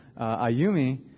Ayumi